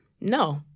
no